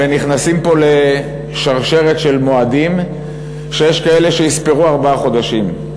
ונכנסים פה לשרשרת של מועדים שיש כאלה שיספרו ארבעה חודשים.